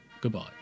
goodbye